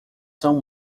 são